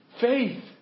Faith